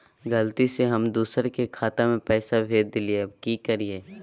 गलती से हम दुसर के खाता में पैसा भेज देलियेई, अब की करियई?